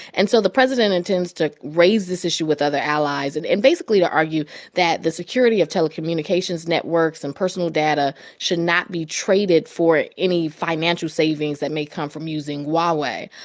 and so the president intends to raise this issue with other allies and and basically to argue that the security of telecommunications networks and personal data should not be traded for any financial savings that may come from using huawei.